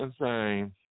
insane